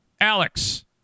Alex